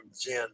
Jen